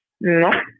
No